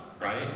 right